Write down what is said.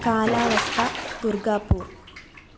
കാലാവസ്ഥ ദുർഗാപുർ